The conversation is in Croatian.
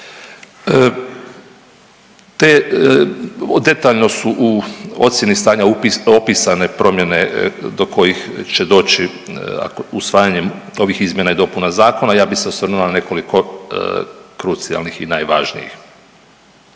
Te, detaljno su u ocjeni stanja .../nerazumljivo/... opisane promjene do kojih će doći usvajanjem ovih izmjena i dopuna zakona, ja bi se osvrnuo na nekoliko krucijalnih i najvažnijih.